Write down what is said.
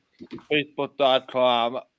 facebook.com